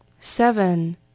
Seven